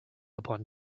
upon